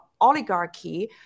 oligarchy